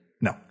No